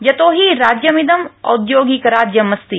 यतोहि राज्यमिदं औद्योगिक राज्यमस्ति